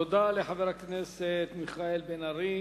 תודה לחבר הכנסת מיכאל בן-ארי.